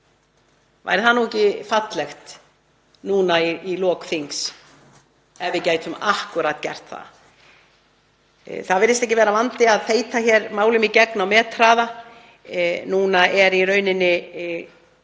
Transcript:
Væri það ekki fallegt núna í lok þings ef við gætum gert það? Það virðist ekki vera vandi að fleyta hér málum í gegn á methraða. Núna er í rauninni